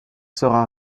sera